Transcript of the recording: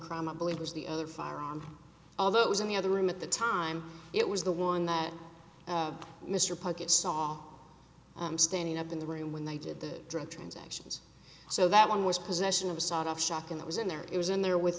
crime i believe was the other firearm although it was in the other room at the time it was the one that mr puckett saw him standing up in the room when they did the drug transactions so that one was possession of a sawed off shotgun that was in there it was in there with